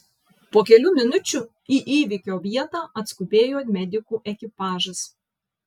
po kelių minučių į įvykio vietą atskubėjo medikų ekipažas